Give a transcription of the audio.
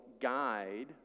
guide